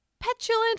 Petulant